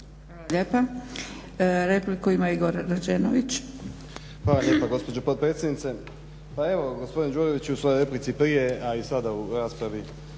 Hvala lijepa. Repliku ima Igor Rađenović. **Rađenović, Igor (SDP)** Hvala lijepo gospođo potpredsjednice. Pa evo gospodin ĐUrović u svojoj replici prije, a i sada u raspravi